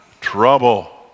trouble